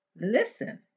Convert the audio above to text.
listen